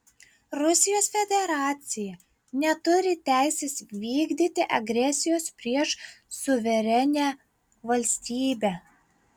rusijos federacija neturi teisės vykdyti agresijos prieš suverenią valstybę